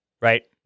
right